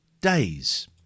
days